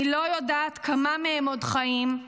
אני לא יודעת כמה מהם עוד חיים,